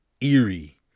eerie